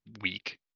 week